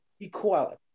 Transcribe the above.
equality